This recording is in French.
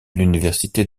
l’université